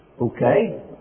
okay